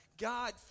God